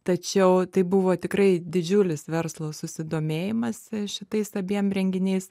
tačiau tai buvo tikrai didžiulis verslo susidomėjimas šitais abiem renginiais